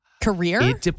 career